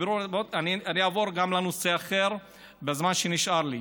אני אעבור לנושא אחר בזמן שנשאר לי: